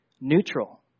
neutral